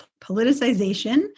politicization